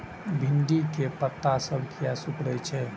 भिंडी के पत्ता सब किया सुकूरे छे?